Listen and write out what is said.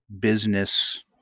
business